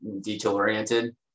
detail-oriented